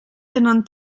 tenen